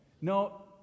No